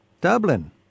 dublin